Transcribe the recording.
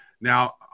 Now